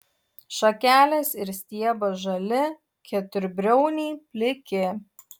šakelės ir stiebas žali keturbriauniai pliki